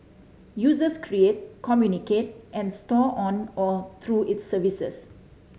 users create communicate and store on or through its services